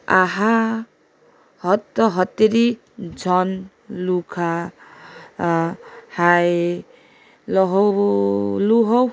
आहा हत्त हत्तेरी झन् लु खा हाय ल हौ लु हौ